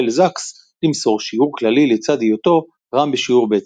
זקס למסור שיעור כללי לצד היותו ר"מ בשיעור ב'.